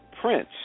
Prince